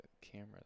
camera